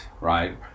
Right